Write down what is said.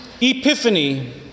Epiphany